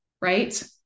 right